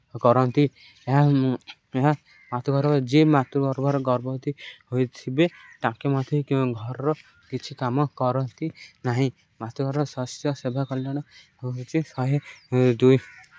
କରନ୍ତି ଏହା ଏହା ମାତୃଗର୍ଭରେ ଯିଏ ମାତୃଗର୍ଭର ଗର୍ଭବତୀ ହୋଇଥିବେ ତାଙ୍କେ ମଧ୍ୟ କି ଘରର କିଛି କାମ କରନ୍ତି ନାହିଁ ମାତୃଗର୍ଭର ସ୍ୱାସ୍ଥ୍ୟ ସେବା କଲ୍ୟାଣ ହେଉଛି ଶହେ ଦୁଇ